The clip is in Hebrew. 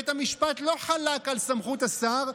"בית המשפט לא חלק על סמכות השר,